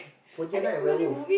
pontianak and werewolf